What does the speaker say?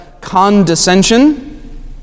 condescension